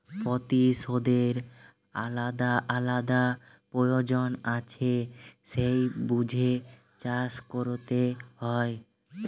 পোতি শষ্যের আলাদা আলাদা পয়োজন আছে সেই বুঝে চাষ কোরতে হয়